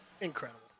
Incredible